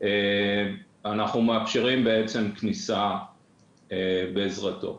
אנחנו בעצם מאפשרים כניסה בעזרתו.